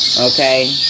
okay